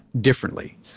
differently